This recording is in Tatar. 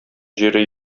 җире